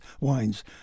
wines